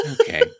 Okay